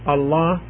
Allah